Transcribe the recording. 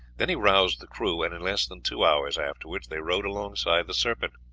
then he roused the crew, and in less than two hours afterwards they rowed alongside the serpent.